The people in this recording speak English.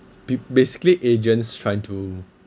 be~ basically agents trying to